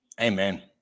Amen